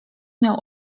miał